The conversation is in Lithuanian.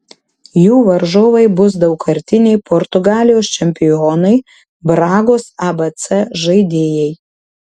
jų varžovai bus daugkartiniai portugalijos čempionai bragos abc žaidėjai